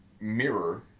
Mirror